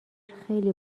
خیلی